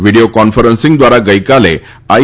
video conferencing દ્વારા ગઈકાલે આઈ